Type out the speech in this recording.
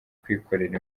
kwikorera